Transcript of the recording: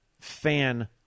fan